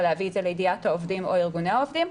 ולהביא את זה לידיעת העובדים או ארגוני העובדים,